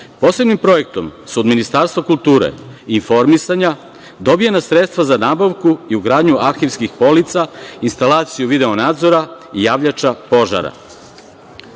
arhiva. Posebnim projektom su od Ministarstva kulture i informisanja dobijena sredstva za nabavku i ugradnju arhivskih polica, instalaciju video nadzora i javljača požara.